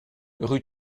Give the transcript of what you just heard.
rue